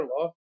law